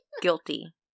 Guilty